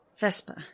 Vespa